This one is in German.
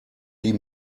die